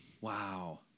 Wow